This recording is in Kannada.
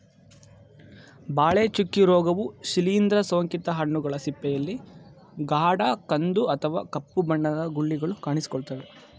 ಬಾಳೆ ಚುಕ್ಕೆ ರೋಗವು ಶಿಲೀಂದ್ರ ಸೋಂಕಿತ ಹಣ್ಣುಗಳ ಸಿಪ್ಪೆಯಲ್ಲಿ ಗಾಢ ಕಂದು ಅಥವಾ ಕಪ್ಪು ಬಣ್ಣದ ಗುಳಿಗಳು ಕಾಣಿಸಿಕೊಳ್ತವೆ